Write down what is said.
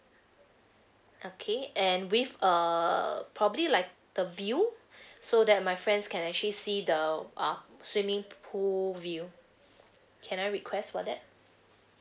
okay and with err probably like the view so that my friends can actually see the uh swimming pool view can I request for that